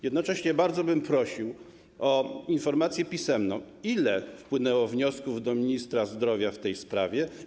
Jednocześnie bardzo bym prosił o informację pisemną: ile wpłynęło wniosków do ministra zdrowia w tej sprawie?